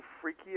freaky